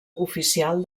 oficial